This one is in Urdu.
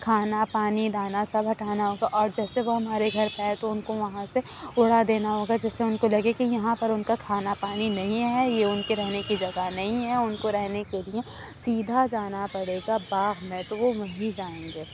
کھانا پانی دانہ سب ہٹانا ہوگا اور جیسے وہ ہمارے گھر پہ آئے تو اُن كو وہاں سے اُڑا دینا ہوگا جیسے اُن كو لگے كہ یہاں پر اُن كا كھانا پانی نہیں ہے یہ اُن كے رہنے كی جگہ نہیں ہے اُن كو رہنے كے لیے سیدھا جانا پڑے گا باغ میں تو وہ وہیں جائیں گے